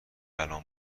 الان